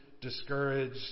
discouraged